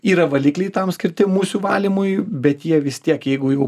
yra valikliai tam skirti musių valymui bet jie vis tiek jeigu jau